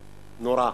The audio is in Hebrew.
נורא.